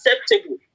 acceptable